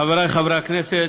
חברי חברי הכנסת,